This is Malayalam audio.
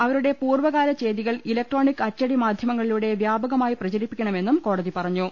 അവരുടെ പൂർവ്വകാല ചെയ്തികൾ ഇലക്ട്രോണിക് അച്ചടി മാധ്യമങ്ങളിലൂടെ വ്യാപകമായി പ്രചരിപ്പിക്കണ മെന്നും കോടതി പറഞ്ഞു